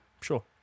sure